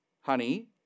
honey